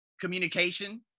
communication